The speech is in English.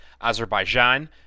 Azerbaijan